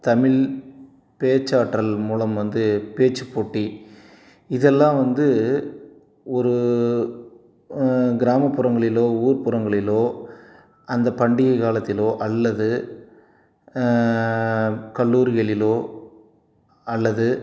தமிழ் பேச்சாற்றல் மூலம் வந்து பேச்சுப் போட்டி இதெல்லாம் வந்து ஒரு கிராமப்புறங்களிலோ ஊர்ப்புறங்களிலோ அந்த பண்டிகை காலத்திலோ அல்லது கல்லூரிகளிலோ அல்லது